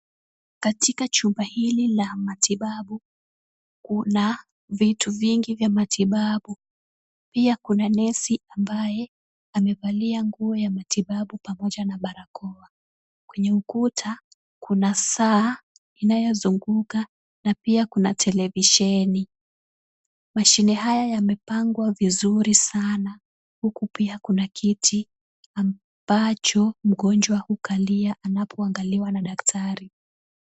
Katika chumba hili la matibabu kuna vitu vingi vya matibabu. Pia kuna nesi ambaye amevalia nguo ya matibabu pamoja na barakoa. Kwenye ukuta kuna saa inayozunguka na pia kuna televisheni. Mashine haya yamepangwa vizuri sana huku pia kuna kiti ambacho mgonjwa hukalia anapoangaliwa na daktari.